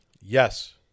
Yes